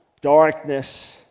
darkness